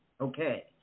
Okay